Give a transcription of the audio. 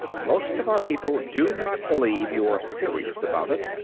most of our people do not believe you are serious about it,